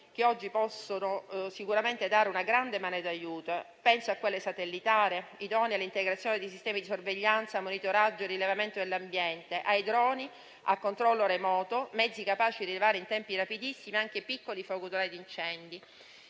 che oggi possono sicuramente dare un grande aiuto. Penso a quella satellitare, idonea all'integrazione di sistemi di sorveglianza, monitoraggio e rilevamento dell'ambiente, ai droni, al controllo remoto, mezzi capaci di rilevare in tempi rapidissimi anche piccoli focolai di incendio.